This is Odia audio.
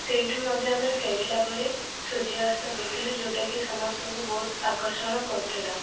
ସେଇଠୁ ମଧ୍ୟ ଆମେ ଫେରିଲା ବେଳେ ସୂର୍ଯ୍ୟାସ୍ତ ଦେଖିଲୁ ଯେଉଁଟାକି ସମସ୍ତଙ୍କୁ ବହୁତ ଆକର୍ଷଣ କରୁଥିଲା